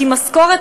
כי משכורת,